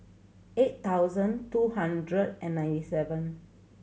eight thousand two hundred and ninety seven